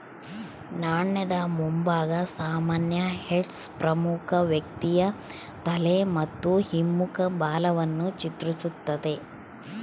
ನಾಣ್ಯದ ಮುಂಭಾಗ ಸಾಮಾನ್ಯ ಹೆಡ್ಸ್ ಪ್ರಮುಖ ವ್ಯಕ್ತಿಯ ತಲೆ ಮತ್ತು ಹಿಮ್ಮುಖ ಬಾಲವನ್ನು ಚಿತ್ರಿಸ್ತತೆ